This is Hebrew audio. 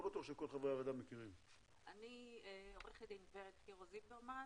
אני עורכת דין ורד קירו זילברמן,